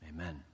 Amen